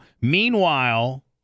Meanwhile